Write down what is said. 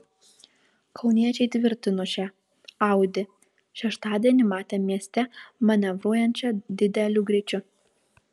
kauniečiai tvirtino šią audi šeštadienį matę mieste manevruojančią dideliu greičiu